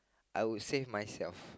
I would save myself